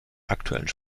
aktuellen